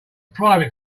private